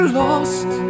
lost